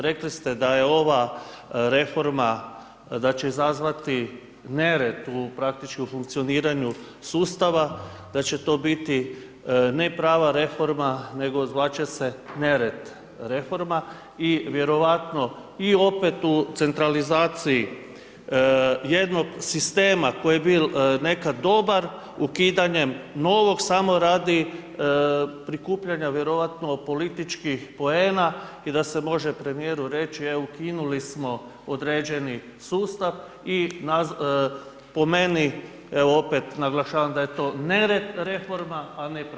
Rekli ste da je ova reforma, da će izazvati nered u praktički funkcioniranju sustava, da će to biti ne prava reforma, nego zvati će se nered reforma i vjerojatno i opet u centralizaciji, jednog sistema koje je bio nekad dobar, ukidanje novog samo radi prikupljanja vjerojatno političkih poena i da se može premjeru reći, ukinuli smo određeni sustav i po meni, evo opet, naglašavam da je to nered reforma, a ne prava reforma.